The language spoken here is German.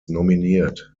nominiert